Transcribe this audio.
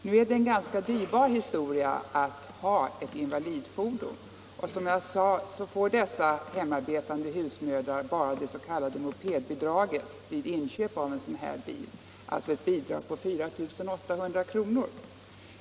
Nu är det en ganska dyrbar historia att ha ett invalidfordon. Och som jag sade får dessa hemarbetande husmödrar bara det s.k. mopedbidraget "vid inköp av en sådan här bil, alltså ett bidrag på 4800 kr.